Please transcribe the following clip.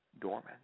dormant